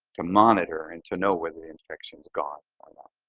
to monitor and to know whether the infection is gone by that.